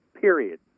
period